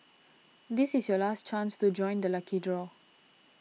this is your last chance to join the lucky draw